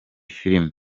filimi